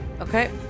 Okay